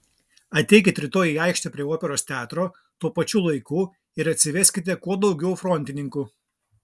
ateikit rytoj į aikštę prie operos teatro tuo pačiu laiku ir atsiveskite kuo daugiau frontininkų